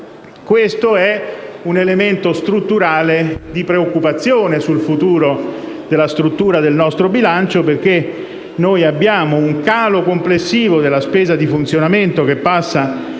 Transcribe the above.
Questo è un elemento strutturale di preoccupazione sul futuro della struttura del nostro bilancio, perché abbiamo un calo complessivo della spesa di funzionamento che passa